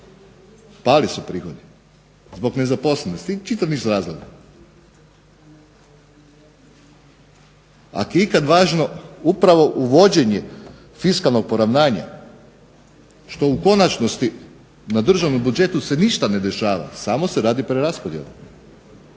pali su prihodi zbog nezaposlenosti i čitav niz razloga, ak je ikad važno upravo uvođenje fiskalnog poravnanja što u konačnosti na državnom budžetu se ništa ne dešava samo se radi preraspodjela